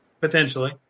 Potentially